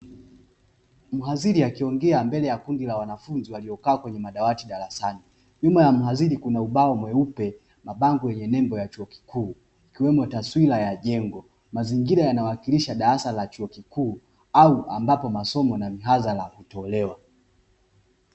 Mhadhiri akiongea mbele ya kundi la wanafunzi waliokaa kwenye madawati darasani, nyuma ya mhadhiri kuna ubao mweupe, mabango yenye nembo ya chuo kikuu ikiwemo taswira ya jengo, mazingira yanawakilisha darasa la chuo kikuu au ambapo masomo na mihadhara hutolewa.